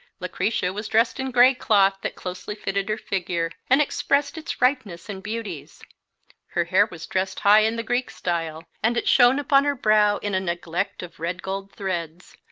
lucretia was dressed in grey cloth that closely fitted her figure, and expressed its ripeness and beauties her hair was dressed high in the greek style, and it shone upon her brow in a neglect of red-gold threads,